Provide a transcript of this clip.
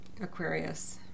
Aquarius